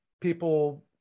people